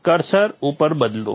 cursor ઉપર બદલો